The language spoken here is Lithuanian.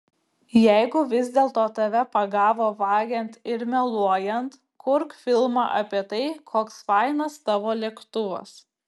jeigu vis dėl to tave pagavo vagiant ir meluojant kurk filmą apie tai koks fainas tavo lėktuvas